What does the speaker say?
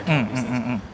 mm mm mm